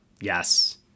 Yes